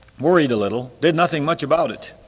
worried a little, did nothing much about it.